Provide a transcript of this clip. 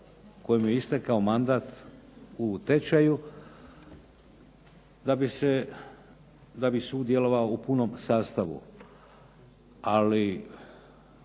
kojemu je istekao mandat u tečaju, da bi se, da bi sud djelovao u punom sastavu. Ali